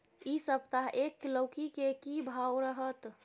इ सप्ताह एक लौकी के की भाव रहत?